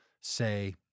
say